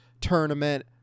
tournament